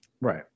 Right